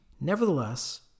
Nevertheless